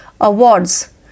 awards